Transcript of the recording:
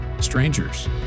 strangers